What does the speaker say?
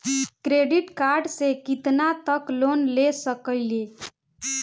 Credit card से कितना तक लोन ले सकईल?